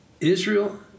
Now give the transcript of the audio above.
Israel